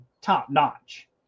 top-notch